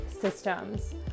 systems